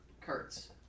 Kurtz